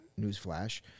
newsflash